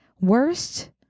worst